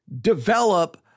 develop